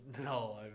No